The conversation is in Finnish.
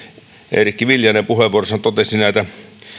eerikki viljanen puheenvuorossaan totesi näitä